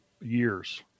years